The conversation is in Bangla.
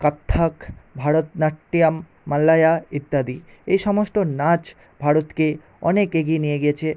কত্থক ভারতনাট্যম মালায়া ইত্যাদি এই সমস্ত নাচ ভারতকে অনেক এগিয়ে নিয়ে গিয়েছে